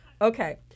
Okay